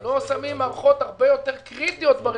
הם לא שמים מערכות הרבה יותר קריטיות ברכב.